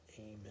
amen